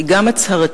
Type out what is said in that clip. היא גם הצהרתית,